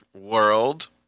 world